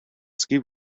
ski